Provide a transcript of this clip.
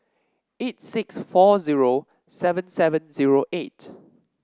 eight six four zero seven seven zero eight